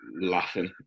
laughing